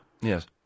Yes